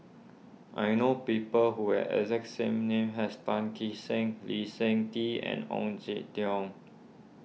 I know people who have exact same name as Tan Kee Sek Lee Seng Tee and Ong Jin Teong